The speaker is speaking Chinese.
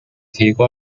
提供